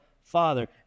Father